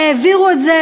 העבירו את זה.